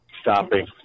stopping